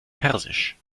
persisch